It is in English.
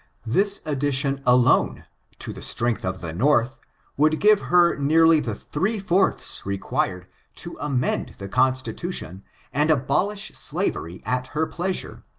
this addition alone to the strength of the north would give her nearly the three fourths required to amend the constitution and abolish slavery at her pleasure,